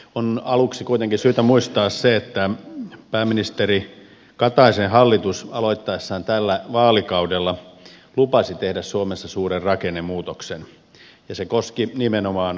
on aluksi kuitenkin syytä muistaa se että pääministeri kataisen hallitus aloittaessaan tällä vaalikaudella lupasi tehdä suomessa suuren rakennemuutoksen ja se koski nimenomaan kuntauudistusta